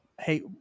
Hey